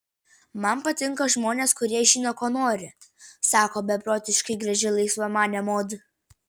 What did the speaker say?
man patinka žmonės kurie žino ko nori sako beprotiškai graži laisvamanė mod